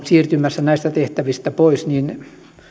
siirtymässä näistä tehtävistä pois niin